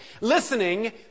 listening